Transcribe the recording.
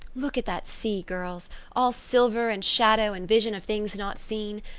look at that sea, girls all silver and shadow and vision of things not seen.